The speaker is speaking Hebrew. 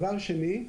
שנית,